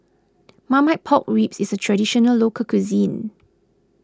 Marmite Pork Ribs is a Traditional Local Cuisine